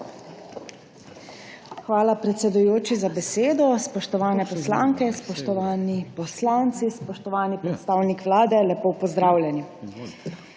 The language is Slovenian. Hvala, predsedujoči, za besedo. Spoštovane poslanke, spoštovani poslanci, spoštovani predstavnik Vlade, lepo pozdravljeni!